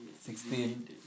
sixteen